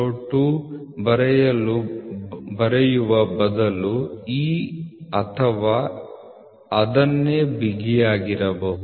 002 ಬರೆಯುವ ಬದಲು ಈ ಅಥವಾ ಅದನ್ನೇ ಬಿಗಿಯಾಗಿರಬಹುದು